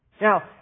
Now